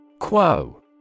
Quo